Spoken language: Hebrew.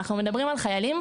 אנחנו מדברים על חיילים,